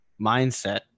mindset